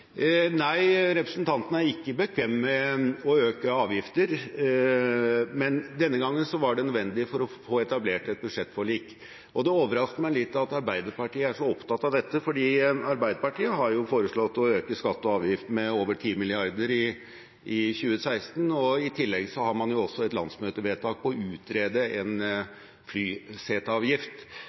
Nei, representanten er ikke bekvem med å øke avgifter, men denne gangen var det nødvendig for å få etablert et budsjettforlik. Det overrasker meg litt at Arbeiderpartiet er så opptatt av dette, fordi Arbeiderpartiet har jo foreslått å øke skatt og avgift med over 10 mrd. kr i 2016. I tillegg har man også et landsmøtevedtak på å utrede en flyseteavgift,